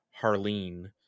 Harleen